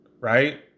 Right